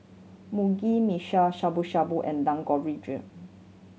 Mugi Meshi Shabu Shabu and